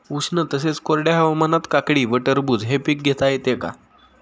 उष्ण तसेच कोरड्या हवामानात काकडी व टरबूज हे पीक घेता येते का?